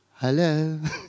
Hello